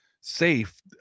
safe